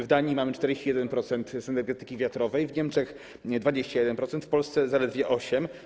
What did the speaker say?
W Danii mamy 41% energii z energetyki wiatrowej, w Niemczech - 21%, w Polsce - zaledwie 8%.